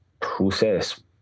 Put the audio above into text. process